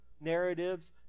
narratives